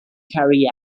carey